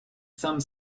some